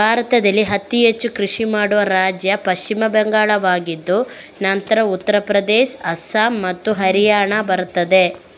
ಭಾರತದಲ್ಲಿ ಅತಿ ಹೆಚ್ಚು ಕೃಷಿ ಮಾಡುವ ರಾಜ್ಯ ಪಶ್ಚಿಮ ಬಂಗಾಳವಾಗಿದ್ದು ನಂತರ ಉತ್ತರ ಪ್ರದೇಶ, ಅಸ್ಸಾಂ ಮತ್ತು ಹರಿಯಾಣ ಬರುತ್ತದೆ